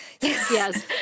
Yes